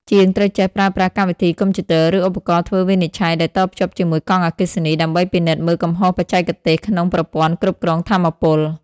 ជាងត្រូវចេះប្រើប្រាស់កម្មវិធីកុំព្យូទ័រ ឬឧបករណ៍ធ្វើវិនិច្ឆ័យដែលតភ្ជាប់ជាមួយកង់អគ្គិសនី ដើម្បីពិនិត្យមើលកំហុសបច្ចេកទេសក្នុងប្រព័ន្ធគ្រប់គ្រងថាមពល។